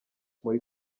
muri